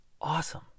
awesome